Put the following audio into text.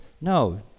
No